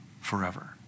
forever